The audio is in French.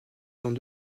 dans